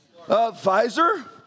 Pfizer